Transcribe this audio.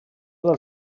del